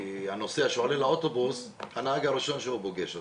כי הנוסע שעולה לאוטובוס הנהג הוא הראשון שפוגש אותו,